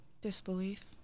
Disbelief